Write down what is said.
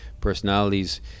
personalities